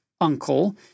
uncle